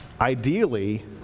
ideally